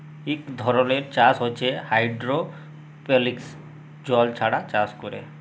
ইক ধরলের চাষ হছে হাইডোরোপলিক্স জল ছাড়া চাষ ক্যরে